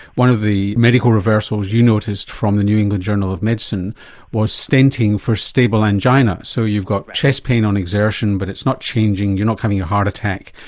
one of the medical reversals you noticed from the new england journal of medicine was stenting for stable angina. so you've got chest pain on exertion but it's not changing, you're not having a heart attack,